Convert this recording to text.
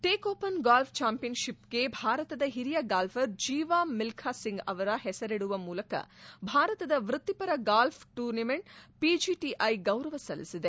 take open golf championship ಗೆ ಭಾರತದ ಓರಿಯ ಗಾಲ್ಪರ್ ಜೀವಾ ಮಿಲ್ಟಾ ಸಿಂಗ್ ಅವರ ಹೆಸರಿಡುವ ಮೂಲಕ ಭಾರತದ ವೃತ್ತಿಪರ ಗಾಲ್ಪ್ ಟೂರ್ ಪಿಜಿಟಿಐ ಗೌರವ ಸಲ್ಲಿಸಿದೆ